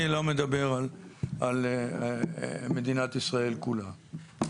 אני לא מדבר על מדינת ישראל כולה.